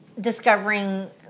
discovering